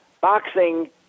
boxing